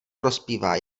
prospívá